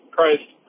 Christ